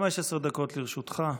אדוני, 15 דקות לרשותך.